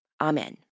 Amen